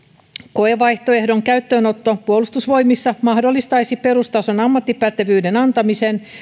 koevaihtoehdon käyttöönotto puolustusvoimissa mahdollistaisi perustason ammattipätevyyden antamisen